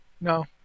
No